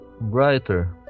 brighter